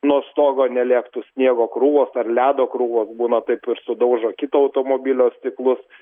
nuo stogo nelėktų sniego krūvos ar ledo krūvos būna taip ir sudaužo kito automobilio stiklus